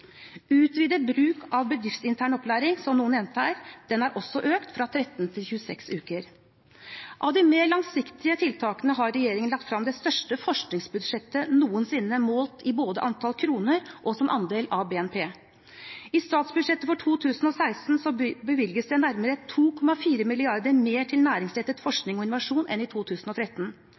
Utvidet bruk av bedriftsintern opplæring, som noen nevnte her, er også økt, fra 13 til 26 uker. Av de mer langsiktige tiltakene har regjeringen lagt frem det største forskningsbudsjettet noensinne, målt både i antall kroner og som andel av BNP. I statsbudsjettet for 2016 bevilges det nærmere 2,4 mrd. kr mer til næringsrettet forskning og innovasjon enn i 2013.